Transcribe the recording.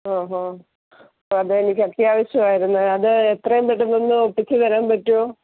ഓഹോ അപ്പോൾ അത് എനിക്ക് അത്യാവശ്യം ആയിരുന്നു അത് എത്രയും പെട്ടെന്ന് ഒന്ന് ഒപ്പിച്ച് തരാൻ പറ്റുമോ